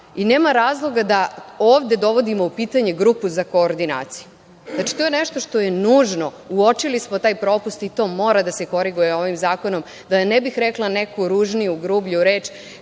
Nema razloga da ovde dovodimo u pitanje grupu za koordinaciju. Znači, to je nešto što je nužno. Uočili smo taj propust i to mora da se koriguje ovim zakonom. Da ne bih rekla neku ružniju, grublju reč,